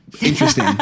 Interesting